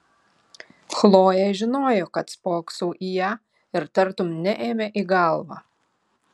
chlojė žinojo kad spoksau į ją ir tartum neėmė į galvą